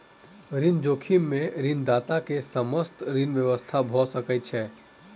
ऋण जोखिम में ऋणदाता के समस्त ऋण व्यर्थ भ सकै छै